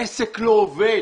העסק לא עובד.